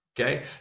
okay